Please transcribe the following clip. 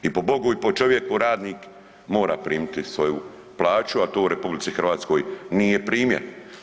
I po Bogu i po čovjeku radnik mora primiti svoju plaću, a to u RH nije primjer.